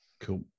cool